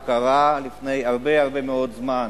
הוא קרה לפני הרבה הרבה מאוד זמן.